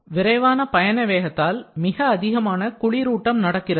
விரைவான பயண வேகத்தால் மிக அதிகமான குளிரூட்டம் நடக்கிறது